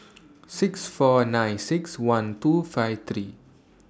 six four nine six one two five three